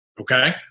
okay